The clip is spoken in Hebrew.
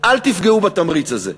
אל תפגעו בתמריץ הזה,